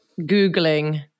Googling